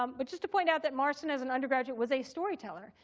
um but just to point out that marston as an undergraduate was a storyteller.